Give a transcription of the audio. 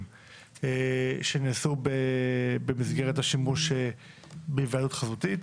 שנעשו במסגרת השימוש בהיוועדות חזותית.